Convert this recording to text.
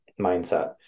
mindset